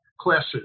Classes